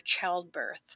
childbirth